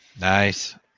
Nice